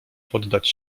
poddać